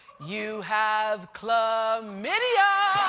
you have chlamydia